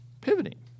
pivoting